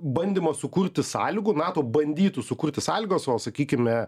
bandymas sukurti sąlygų nato bandytų sukurti sąlygas o sakykime